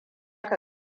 ka